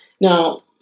Now